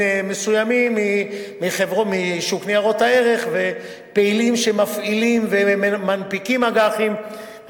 מסוימים משוק ניירות הערך ופעילים שמפעילים ומנפיקים אג"חים.